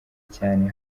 cyane